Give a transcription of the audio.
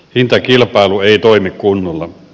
hintakilpailu ei toimi kunnolla